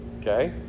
okay